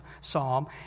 psalm